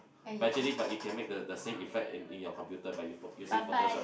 actually but you can make the the same effect in in your computer by using using Photoshop